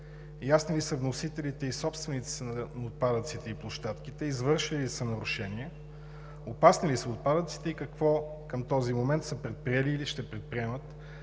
Ясни ли са вносителите и собствениците на отпадъците и площадките? Извършили ли са нарушения? Опасни ли са отпадъците? И какво към този момент са предприели или ще предприемат